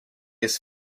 his